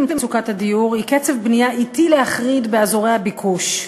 למצוקת הדיור היא קצב בנייה אטי להחריד באזורי הביקוש.